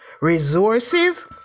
resources